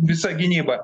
visa gynyba